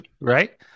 right